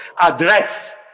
address